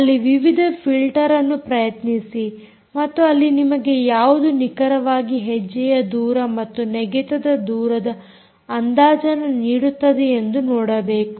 ಅಲ್ಲಿ ವಿವಿಧ ಫಿಲ್ಟರ್ ಅನ್ನು ಪ್ರಯತ್ನಿಸಿ ಮತ್ತು ಅಲ್ಲಿ ನಿಮಗೆ ಯಾವುದು ನಿಖರವಾಗಿ ಹೆಜ್ಜೆಯ ದೂರ ಮತ್ತು ನೆಗೆತದ ದೂರದ ಅಂದಾಜನ್ನು ನೀಡುತ್ತದೆ ಎಂದು ನೋಡಬೇಕು